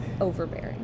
overbearing